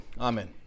Amen